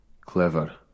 clever